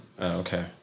Okay